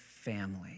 family